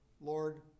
Lord